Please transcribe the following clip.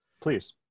Please